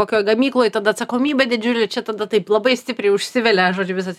kokioj gamykloj tada atsakomybė didžiulė ir čia tada taip labai stipriai užsivelia žodžiu visas